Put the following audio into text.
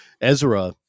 Ezra